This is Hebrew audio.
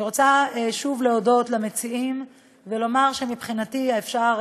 אני רוצה שוב להודות למציעים ולומר שמבחינתי אפשר,